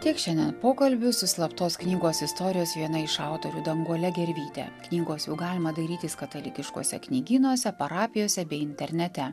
tiek šiandien pokalbių su slaptos knygos istorijos viena iš autorių danguole gervyte knygos jau galima dairytis katalikiškuose knygynuose parapijose bei internete